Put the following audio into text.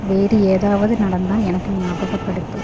வேறு ஏதாவது நடந்தா எனக்கு நியாபகப்படுத்து